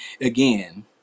again